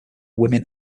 women